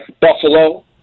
Buffalo